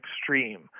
extreme